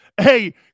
Hey